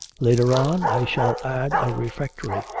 later on i shall add a refectory,